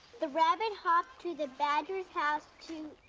the rabbit hopped to the badger's house to,